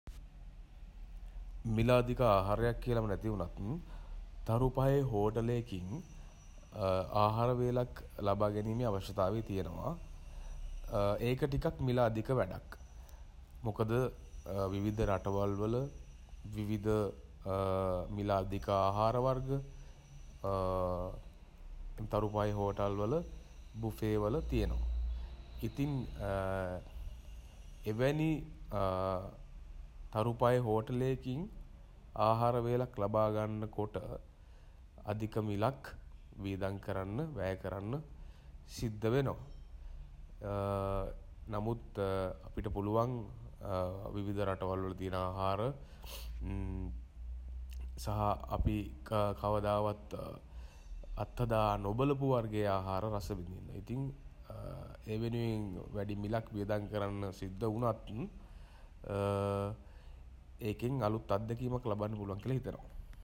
මිළ අධික ආහාරයක් කියලම නැති වුණත් තරුපහේ හෝටලයකින් ආහාර වේලක් ලබා ගැනීමේ අවශ්‍යතාවය තියෙනවා. ඒක ටිකක් මිල අධික වැඩක්. මොකද විවිධ රටවල්වල විවිධ මිළ අධික ආහාර වර්ග තරුපහේ හෝටල්වල බුෆේ වල තියෙනවා. ඉතින් එවැනි තරුපහේ හෝටලයකින් ආහාර වේලක් ලබා ගන්න කොට අධික මිලක් වියදම් කරන්න වැය කරන්න සිද්ධ වෙනවා. නමුත් අපිට පුළුවන් විවිධ රටවල්වල තියෙන ආහාර සහ අපි කවදාවත් අත්හදා නොබලපු වර්ගයේ ආහාර රස විදින්න. ඉතින් ඒ වෙනුවෙන් වැඩි මිළක් වියදම් කරන්න සිද්ධ වුණත් ඒකෙන් අළුත් අත්දැකීමක් ලබන්න පුළුවන් කියල හිතනවා.